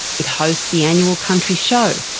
it hosts the annual country show,